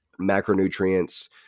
Macronutrients